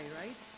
right